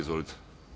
Izvolite.